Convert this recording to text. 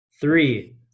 Three